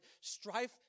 strife